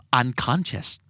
unconscious